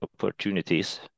opportunities